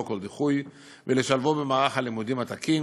כל דיחוי ולשלבו במערך הלימודים התקין,